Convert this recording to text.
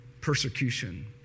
persecution